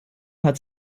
hat